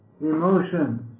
emotions